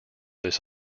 this